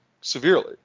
severely